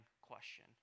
question